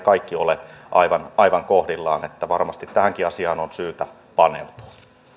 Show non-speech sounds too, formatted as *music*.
*unintelligible* kaikki ole aivan aivan kohdillaan niin että varmasti tähänkin asiaan on syytä paneutua